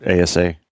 asa